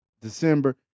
December